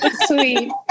Sweet